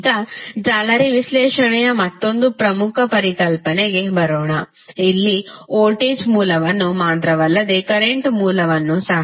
ಈಗ ಜಾಲರಿ ವಿಶ್ಲೇಷಣೆಯ ಮತ್ತೊಂದು ಪ್ರಮುಖ ಪರಿಕಲ್ಪನೆಗೆ ಬರೋಣ ಅಲ್ಲಿ ವೋಲ್ಟೇಜ್ ಮೂಲವನ್ನು ಮಾತ್ರವಲ್ಲದೆ ಕರೆಂಟ್ ಮೂಲವನ್ನೂ ಸಹ